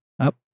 up